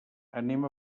anem